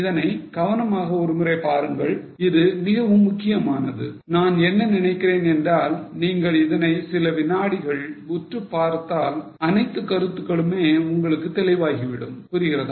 இதனை கவனமாக ஒரு முறை பாருங்கள் இது மிகவும் முக்கியமானது நான் என்ன நினைக்கிறேன் என்றால் நீங்கள் இதனை சில வினாடிகள் உற்று பார்த்தால் அனைத்து கருத்துக்களுமே உங்களுக்கு தெளிவாகிவிடும் புரிகிறதா